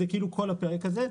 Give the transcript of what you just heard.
זה כל הפרק הזה.